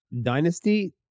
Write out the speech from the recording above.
Dynasty